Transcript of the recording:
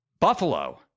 Buffalo